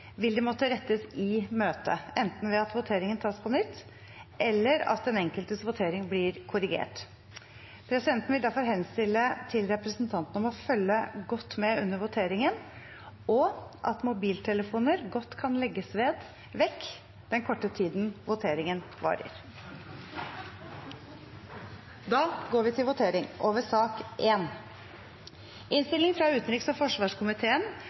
vil det måtte rettes i møtet – enten ved at voteringen tas på nytt, eller ved at den enkeltes votering blir korrigert. Presidenten vil derfor henstille representantene om å følge godt med under voteringen, og mobiltelefoner kan godt legges vekk den korte tiden voteringen varer. Da går vi til votering over